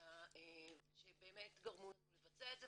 לבצע ושבאמת גרמו לנו לבצע את זה,